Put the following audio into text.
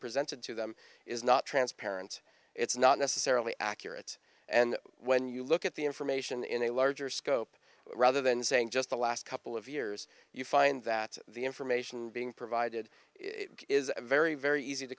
presented to them is not transparent it's not necessarily accurate and when you look at the information in a larger scope rather than saying just the last couple of years you find that the information being provided is very very easy to